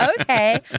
okay